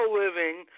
living